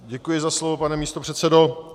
Děkuji za slovo, pane místopředsedo.